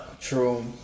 True